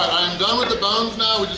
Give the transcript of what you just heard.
done with the bones now!